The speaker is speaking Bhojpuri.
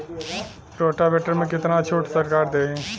रोटावेटर में कितना छूट सरकार देही?